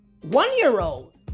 one-year-old